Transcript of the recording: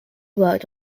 worked